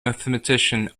mathematician